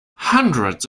hundreds